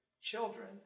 children